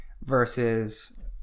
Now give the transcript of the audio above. versus